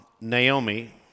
Naomi